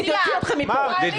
אני אוציא אתכם מכאן.